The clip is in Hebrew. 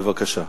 בבקשה.